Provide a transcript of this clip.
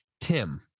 Tim